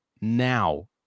now